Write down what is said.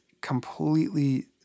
completely